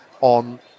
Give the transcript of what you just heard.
on